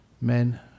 men